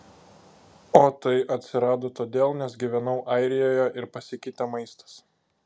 o tai atsirado todėl nes gyvenau airijoje ir pasikeitė maistas